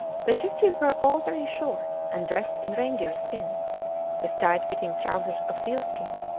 the chukches were all very short and dressed in reindeer skins with tight-fitting trousers of seal-skin,